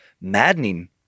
maddening